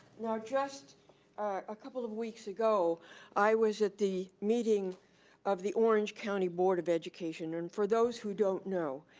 now, just a couple of weeks ago i was at the meeting of the orange county board of education, and for those who don't know,